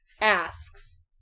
asks